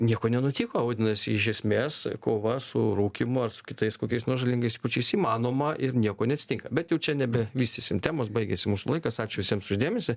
nieko nenutiko vadinasi iš esmės kova su rūkymu ar su kitais kokiais nors žalingais įpročiais įmanoma ir nieko neatsitinka bet jau čia nebevystysim temos baigėsi mūsų laikas ačiū visiems už dėmesį